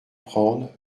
prendre